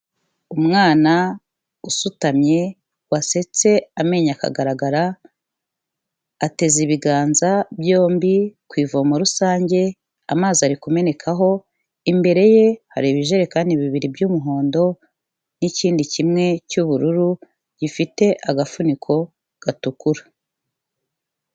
Umwana usutamye wasetse amenyo akagaragara ateze ibiganza byombi ku ivomo rusange, amazi ari kumenekaho, imbere ye hari ibijerekani bibiri by'umuhondo n'ikindi kimwe cy'ubururu gifite agafuniko gatukura.